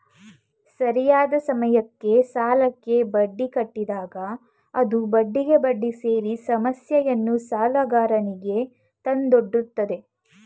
ಸರಿಯಾದ ಸಮಯಕ್ಕೆ ಸಾಲಕ್ಕೆ ಬಡ್ಡಿ ಕಟ್ಟಿದಾಗ ಅದು ಬಡ್ಡಿಗೆ ಬಡ್ಡಿ ಸೇರಿ ಸಮಸ್ಯೆಯನ್ನು ಸಾಲಗಾರನಿಗೆ ತಂದೊಡ್ಡುತ್ತದೆ